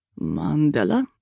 Mandela